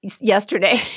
yesterday